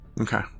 Okay